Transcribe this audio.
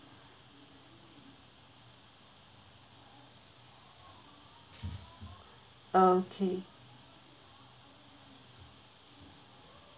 okay